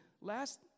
last